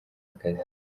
akazi